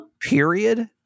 period